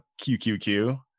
QQQ